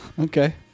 Okay